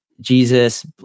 Jesus